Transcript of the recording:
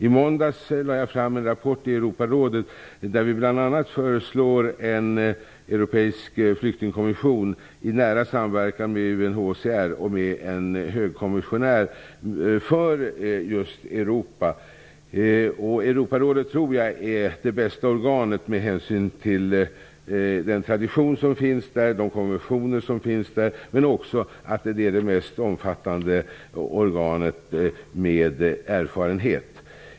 I måndags lade jag fram en rapport i Europarådet, bl.a. med ett förslag om en europeisk flyktingkommission, i nära samverkan med UNHCR och med en hög kommissionär för just Europa. Jag tror att Europarådet är det bästa organet, med hänsyn till den tradition som finns där, de konventioner som finns där, men också att det är det mest omfattande organet med erfarenhet.